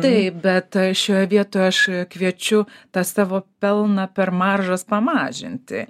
taip bet šioje vietoje aš kviečiu tą savo pelną per maržas pamažinti